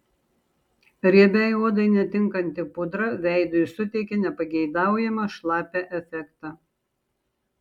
riebiai odai netinkanti pudra veidui suteikia nepageidaujamą šlapią efektą